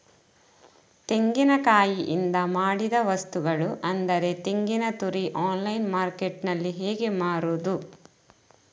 ತೆಂಗಿನಕಾಯಿಯಿಂದ ಮಾಡಿದ ವಸ್ತುಗಳು ಅಂದರೆ ತೆಂಗಿನತುರಿ ಆನ್ಲೈನ್ ಮಾರ್ಕೆಟ್ಟಿನಲ್ಲಿ ಹೇಗೆ ಮಾರುದು?